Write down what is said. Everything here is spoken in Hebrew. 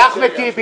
ואחמד טיבי,